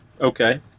Okay